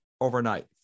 overnight